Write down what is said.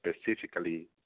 specifically